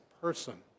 person